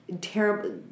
terrible